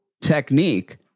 technique